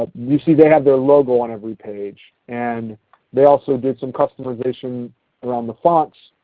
ah you see they have their logo on every page. and they also did some customization around the fonts